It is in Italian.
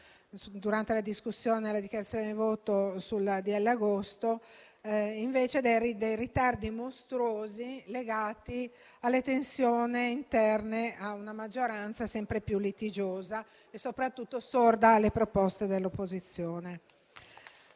durante le dichiarazioni di voto sul decreto agosto - a dei ritardi mostruosi legati alle tensioni interne a una maggioranza sempre più litigiosa e, soprattutto, sorda alle proposte dell'opposizione.